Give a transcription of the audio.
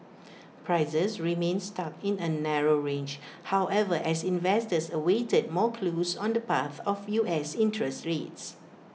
prices remained stuck in A narrow range however as investors awaited more clues on the path of U S interest rates